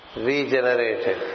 regenerated